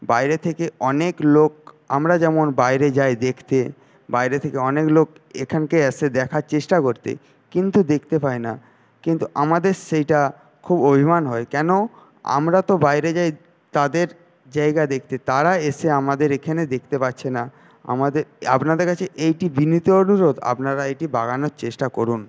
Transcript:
বাইরে থেকে অনেক লোক আমরা যেমন বাইরে যাই দেখতে বাইরে থেকে অনেক লোক এখানে এসে দেখার চেষ্টা করে কিন্তু দেখতে পায় না কিন্তু আমাদের সেইটা খুব অভিমান হয় কেন আমরা তো বাইরে যাই তাদের জায়গা দেখতে তারা এসে আমাদের এখানে দেখতে পাচ্ছে না আমাদের আপনাদের কাছে এইটি বিনীত অনুরোধ আপনারা এটি বাগানোর চেষ্টা করুন